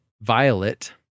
Violet